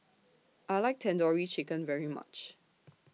I like Tandoori Chicken very much